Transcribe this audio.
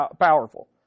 powerful